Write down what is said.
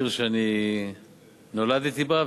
העיר שנולדתי בה,